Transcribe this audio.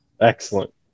Excellent